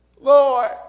Lord